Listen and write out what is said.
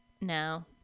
No